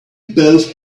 both